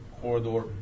corridor